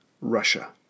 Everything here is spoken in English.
Russia